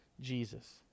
Jesus